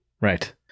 Right